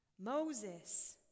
Moses